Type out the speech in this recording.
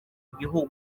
igihugu